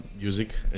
music